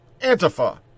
Antifa